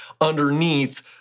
underneath